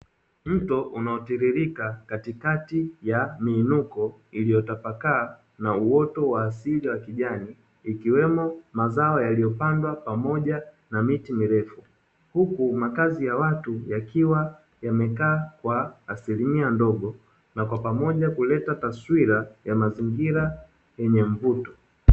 Mto unaotiririka katikati ya miinuko iliyotapakaa na uoto wa asili wa kijani ikiwemo mazao yaliyopandwa pamoja na miti mirefu, huku makazi ya watu yakiwa yamekaa kwa asilimia ndogo na kwa pamoja kuleta taswira ya mazingira yenye mvuto.